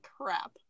crap